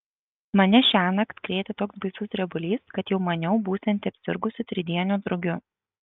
mane šiąnakt krėtė toks baisus drebulys kad jau maniau būsianti apsirgusi tridieniu drugiu